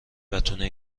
بتونه